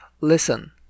listen